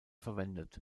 verwendet